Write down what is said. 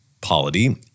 polity